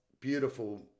beautiful